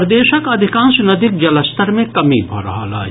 प्रदेशक अधिकांश नदीक जलस्तर मे कमी भऽ रहल अछि